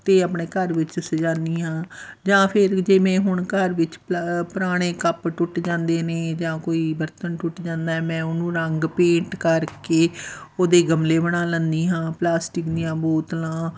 ਅਤੇ ਆਪਣੇ ਘਰ ਵਿੱਚ ਸਜਾਨੀ ਹਾਂ ਜਾਂ ਫਿਰ ਜਿਵੇਂ ਹੁਣ ਘਰ ਵਿੱਚ ਪ ਪੁਰਾਣੇ ਕੱਪ ਟੁੱਟ ਜਾਂਦੇ ਨੇ ਜਾਂ ਕੋਈ ਬਰਤਨ ਟੁੱਟ ਜਾਂਦਾ ਮੈਂ ਉਹਨੂੰ ਰੰਗ ਪੇਂਟ ਕਰਕੇ ਉਹਦੇ ਗਮਲੇ ਬਣਾ ਲੈਂਦੀ ਹਾਂ ਪਲਾਸਟਿਕ ਦੀਆਂ ਬੋਤਲਾਂ